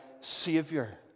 savior